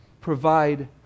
provide